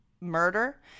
murder